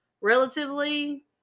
relatively